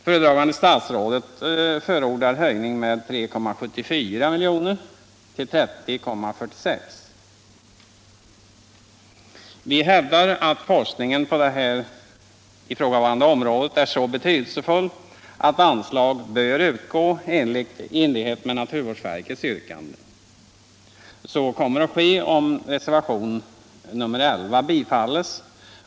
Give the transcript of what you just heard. Föredragande statsrådet förordar höjning med endast 3,74 milj.kr. till 30,46 milj.kr. Vi hävdar att forskningen på det här ifrågavarande området är så betydelsefull att anslag bör utgå i enlighet med naturvårdsverkets yrkande. Så kommer att ske om reservationen 11 bifalles.